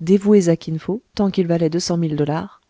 dévoués à kin fo tant qu'il valait deux cent mille dollars